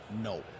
no